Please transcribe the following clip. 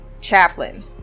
chaplain